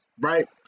Right